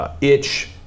Itch